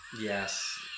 Yes